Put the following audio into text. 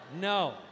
no